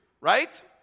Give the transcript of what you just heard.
right